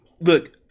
look